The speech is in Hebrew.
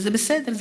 וזה בסדר,